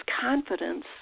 confidence